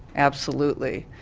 absolutely.